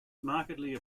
markedly